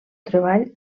treball